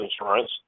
insurance